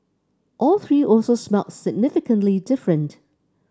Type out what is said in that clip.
all three also smelled significantly different